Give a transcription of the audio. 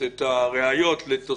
על המקרה הרגיל.